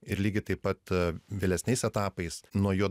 ir lygiai taip pat vėlesniais etapais nuo jo